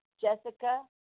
Jessica